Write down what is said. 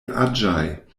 aĝaj